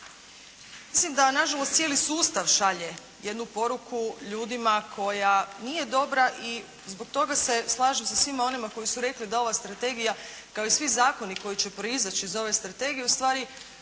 Mislim da nažalost cijeli sustav šalje jednu poruku ljudima koja nije dobra i zbog toga se slažem sa svima onima koji su rekli da ova strategija kao i svi zakoni koji će proizaći iz ove strategije ustvari